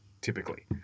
typically